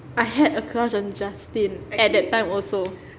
I had a crush on justin at that time also